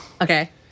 Okay